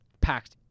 packed